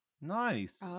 Nice